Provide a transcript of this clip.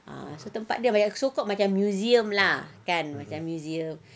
ah so tempat dia very so called macam museum lah macam museum